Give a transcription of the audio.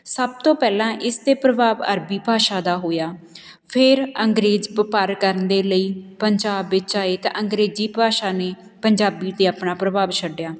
ਸਭ ਤੋਂ ਪਹਿਲਾਂ ਇਸ 'ਤੇ ਪ੍ਰਭਾਵ ਅਰਬੀ ਭਾਸ਼ਾ ਦਾ ਹੋਇਆ ਫਿਰ ਅੰਗਰੇਜ਼ ਵਪਾਰ ਕਰਨ ਦੇ ਲਈ ਪੰਜਾਬ ਵਿੱਚ ਆਏ ਤਾਂ ਅੰਗਰੇਜ਼ੀ ਭਾਸ਼ਾ ਨੇ ਪੰਜਾਬੀ 'ਤੇ ਆਪਣਾ ਪ੍ਰਭਾਵ ਛੱਡਿਆ